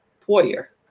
Poirier